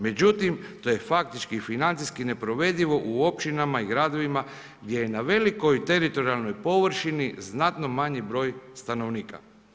Međutim, to je faktički financijski neprovedivo u općinama i gradovima, gdje je na velikoj teritorijalnoj površini, znatno manji broj stanovnika.